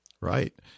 Right